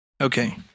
Okay